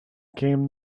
came